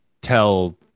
tell